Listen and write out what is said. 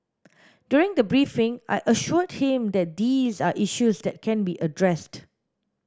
during the briefing I assured him that these are issues that can be addressed